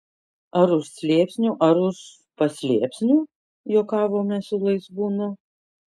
ar už slėpsnų ar už paslėpsnių juokavome su laisvūnu